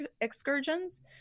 excursions